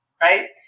right